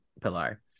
Pilar